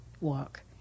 walk